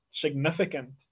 significant